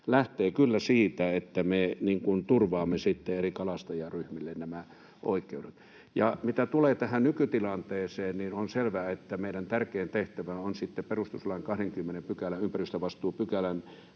lähtee kyllä siitä, että me turvaamme sitten eri kalastajaryhmille nämä oikeudet. Mitä tulee tähän nykytilanteeseen, niin on selvää, että meidän tärkein tehtävä on perustuslain 20 §:n, ympäristövastuupykälän,